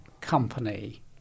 company